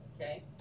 okay